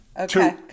Okay